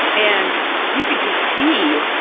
and you could just see,